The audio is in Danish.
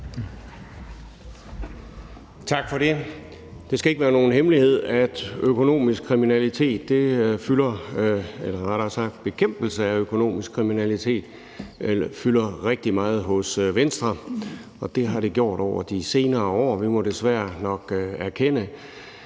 Tak for det. Det skal ikke være nogen hemmelighed, at bekæmpelse af økonomisk kriminalitet fylder rigtig meget hos Venstre, og det har det gjort over de senere år. Vi må nok erkende,